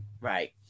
Right